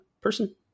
person